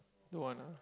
don't want ah